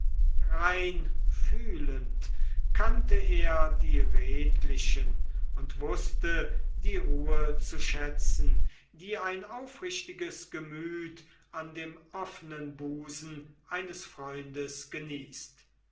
rein fühlend kannte er die redlichen und wußte die ruhe zu schätzen die ein aufrichtiges gemüt an dem offenen busen eines freundes genießt